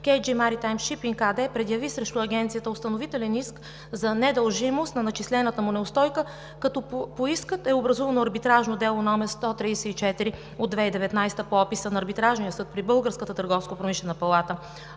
Джи Маритайм Шипинг“ АД предяви срещу Агенцията установителен иск за недължимост на начислената му неустойка. По иска е образувано арбитражно дело № 134 от 2019 г., по описа на Арбитражния съд при Българската търговско-промишлена палата.